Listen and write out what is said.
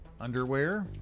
underwear